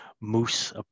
moose